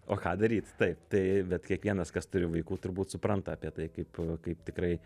o ką daryt taip tai bet kiekvienas kas turi vaikų turbūt supranta apie tai kaip kaip tikrai